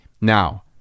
Now